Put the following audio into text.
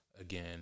again